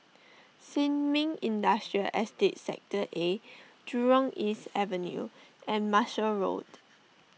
Sin Ming Industrial Estate Sector A Jurong East Avenue and Marshall Road